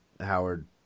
Howard